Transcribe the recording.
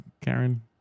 Karen